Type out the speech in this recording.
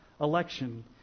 election